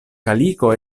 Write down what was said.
kaliko